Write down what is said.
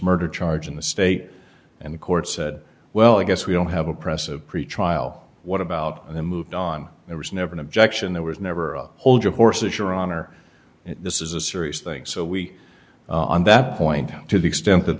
murder charge in the state and the court said well i guess we don't have oppressive preach trial what about they moved on there was never an objection there was never a hold your horses your honor this is a serious thing so we on that point to the extent that